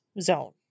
zone